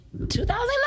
2011